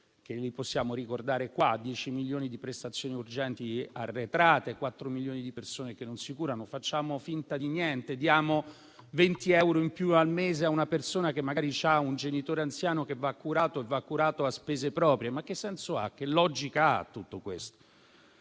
che li possiamo ricordare qui: 10 milioni di prestazioni urgenti arretrate, 4 milioni di persone che non si curano. Invece facciamo finta di niente e diamo 20 euro in più al mese a una persona che magari ha un genitore anziano che va curato a spese proprie. Ma che senso ha, che logica ha tutto questo?